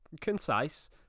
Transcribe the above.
concise